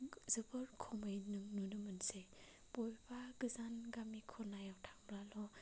जोबोद खमै नु नुनो मोनसै बबेबा गोजान गामि खनायाव थांब्लाल'